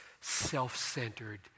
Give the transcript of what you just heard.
self-centered